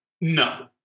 no